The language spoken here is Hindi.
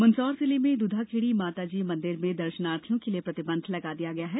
मंदसौर जिले में दुधाखेड़ी माताजी मंदिर में दर्शनार्थियों के लिये प्रतिबंध लगा दिया गया है